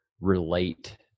relate